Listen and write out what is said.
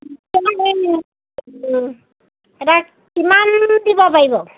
কেনেকৈ এতিয়া কিমান দিব পাৰিব